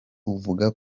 uvuga